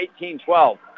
18-12